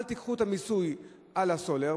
אל תיקחו את המיסוי על הסולר,